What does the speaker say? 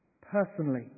personally